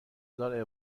دار